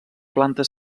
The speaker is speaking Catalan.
planta